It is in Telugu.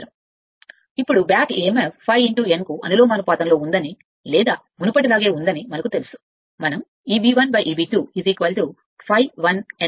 ఇప్పుడు బ్యాక్ emf ∅ n కు అనులోమానుపాతంలో ఉందని లేదా మునుపటిలాగే ఉందని మనకు తెలుసు మనం Eb 1 Eb 2 ∅1 1 ∅2 n2 అని వ్రాయవచ్చు